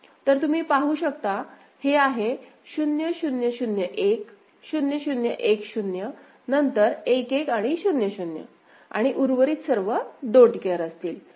तर तुम्ही पाहू शकता हे आहे 0 0 0 1 0 0 1 0 नंतर 1 1 आणि 0 0 आणि नंतर उर्वरित सर्व डोन्ट केअर don't care असतील